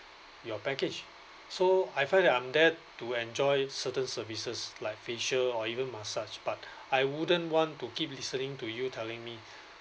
your package so I find that I'm there to enjoy certain services like facial or even massage but I wouldn't want to keep listening to you telling me